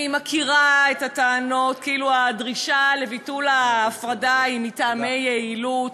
אני מכירה את הטענות כאילו הדרישה לביטול ההפרדה היא מטעמי יעילות,